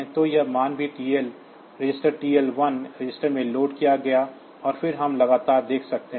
तो यह मान भी TL रजिस्टर TL1 रजिस्टर में लोड किया गया है और फिर हम लगातार देख सकते हैं